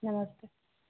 नमस्ते